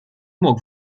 мог